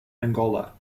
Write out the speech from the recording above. angola